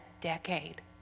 decade